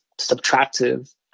subtractive